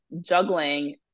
juggling